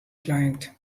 client